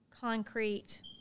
concrete